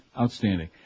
outstanding